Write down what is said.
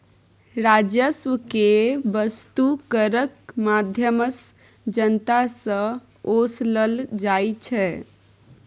राजस्व केँ बस्तु करक माध्यमसँ जनता सँ ओसलल जाइ छै